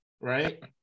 right